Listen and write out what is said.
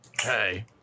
Hey